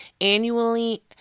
Annually